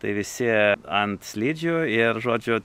tai visi ant slidžių ir žodžiu